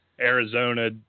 Arizona